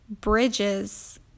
Bridges